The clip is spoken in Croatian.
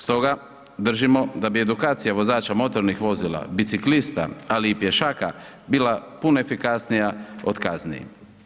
Stoga držimo da bi edukacija vozača motornih vozila, biciklista ali i pješaka bila puno efikasnija od kazni.